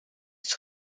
iets